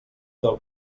del